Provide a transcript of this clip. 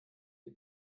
die